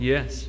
Yes